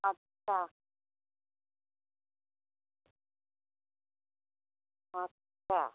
अच्छा अच्छा